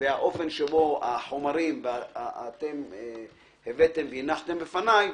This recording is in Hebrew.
והאופן שבו החומרים הבאתם בפניי,